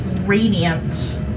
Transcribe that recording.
radiant